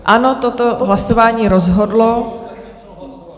Ano, toto hlasování rozhodlo...